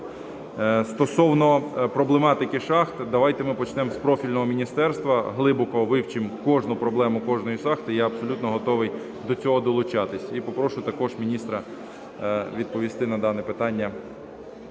Стосовно проблематики шахт, давайте ми почнемо з профільного міністерства, глибоко вивчимо кожну проблему кожної шахти, я абсолютно готовий до цього долучатися. І попрошу також міністра відповісти на дане питання